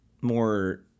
More